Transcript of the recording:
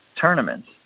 tournaments